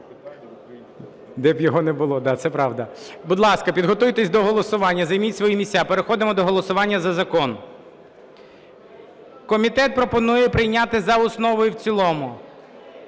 Де б його не було, да, це правда. Будь ласка, підготуйтесь до голосування, займіть свої місця, переходимо до голосування за закон. Комітет пропонує прийняти за основу і в цілому.